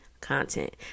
content